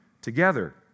together